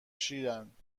شیرند